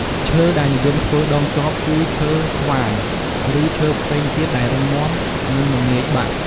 ឈើដែលនិយមធ្វើដងចប គឺឈើស្វាយ ឬឈើផ្សេងទៀតដែលរឹងមាំ និងមិនងាយបាក់។